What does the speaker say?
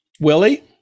Willie